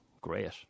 great